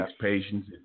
patience